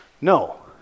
No